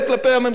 אתה יודע מה?